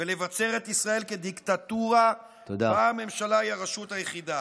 ולבצר את ישראל כדיקטטורה שבה הממשלה היא הרשות היחידה.